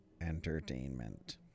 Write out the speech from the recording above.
entertainment